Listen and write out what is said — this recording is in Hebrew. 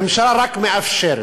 הממשלה רק מאפשרת,